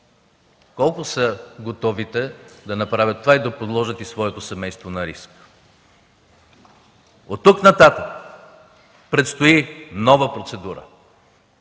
Колко са готовите да направят това и да подложат и своето семейство на риск?! От тук нататък предстои нова процедура,